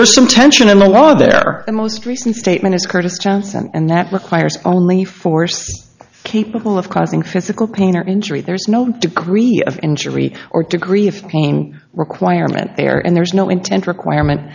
there's some tension in a lot of their most recent statements curtis johnson and that requires only force capable of causing physical pain or injury there's no degree of injury or degree of pain requirement there and there's no intent requirement